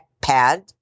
pad